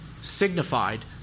signified